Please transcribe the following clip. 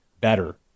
better